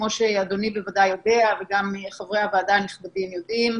כמו שאדוני בוודאי יודע וגם חברי הוועדה הנכבדים יודעים.